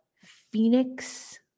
Phoenix